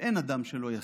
ואין אדם שלא יסכים,